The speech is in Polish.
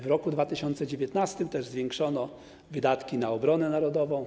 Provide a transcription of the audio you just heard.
W roku 2019 zwiększono też wydatki na obronę narodową.